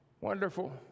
Wonderful